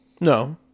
No